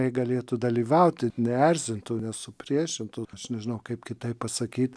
galėtų dalyvauti neerzintų nesupriešintų aš nežinau kaip kitaip pasakyt